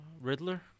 Riddler